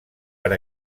per